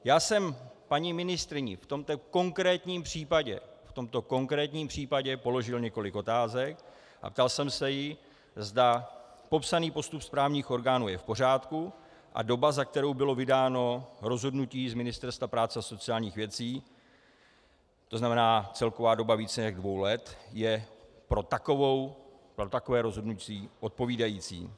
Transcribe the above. Já jsem paní ministryni v tomto konkrétním případě, v tomto konkrétním případě položil několik otázek a ptal jsem se jí, zda popsaný postup správních orgánů je v pořádku a doba, za kterou bylo vydáno rozhodnutí z Ministerstva práce a sociální věcí, to znamená celková doba více jak dvou let, je pro takové rozhodnutí odpovídající.